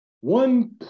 one